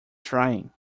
trying